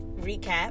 recap